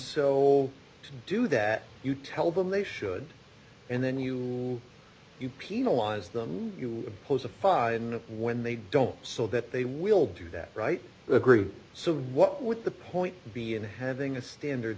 to do that you tell them they should and then you you penalize them you pose a far in when they don't so that they will do that right the group so what would the point be and having a standard